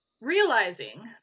realizing